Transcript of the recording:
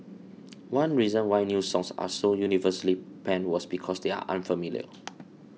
one reason why new songs are so universally panned was because they are unfamiliar